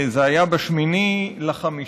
זה היה ב-8 במאי,